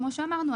כמו שאמרנו,